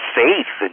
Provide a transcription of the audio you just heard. faith